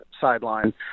sideline